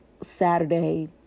Saturday